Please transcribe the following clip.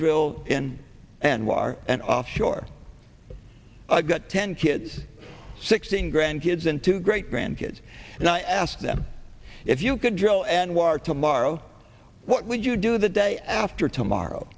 drill in anwar and offshore i've got ten kids sixteen grandkids and two great grandkids and i asked them if you could drill anwar tomorrow what would you do the day after tomorrow